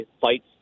fights